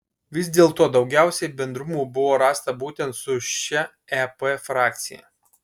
vis dėlto daugiausiai bendrumų buvo rasta būtent su šia ep frakcija